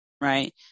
right